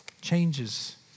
changes